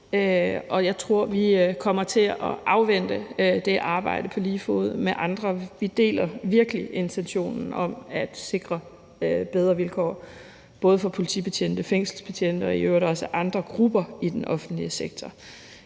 jeg tror, vi kommer til at afvente det arbejde på lige fod med andre. Vi deler virkelig intentionen om at sikre bedre vilkår både for politibetjente, fængselsbetjente og i øvrigt også andre grupper i den offentlige sektor.